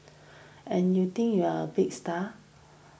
and you think you're a big star